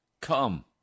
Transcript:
Come